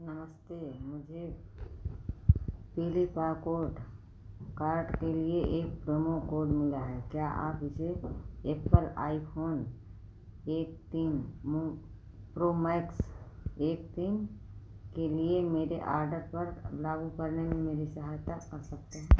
नमस्ते मुझे कार्ट के लिए एक प्रोमो कोड मिला है क्या आप इसे एप्पल आईफोन एक तीन प्रो मैक्स एक तीन के लिए मेरे ऑर्डर पर लागू करने में मेरी सहायता कर सकते हैं